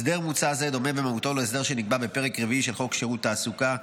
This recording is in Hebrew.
הסדר מוצע זה דומה במהותו להסדר שנקבע בפרק הרביעי של חוק שירות תעסוקה,